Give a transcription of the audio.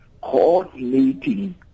coordinating